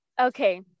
okay